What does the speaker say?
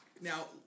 now